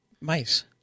mice